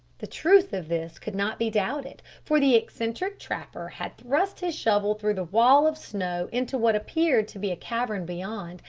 the truth of this could not be doubted, for the eccentric trapper had thrust his shovel through the wall of snow into what appeared to be a cavern beyond,